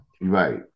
Right